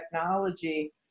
technology